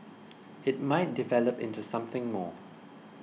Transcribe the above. it might develop into something more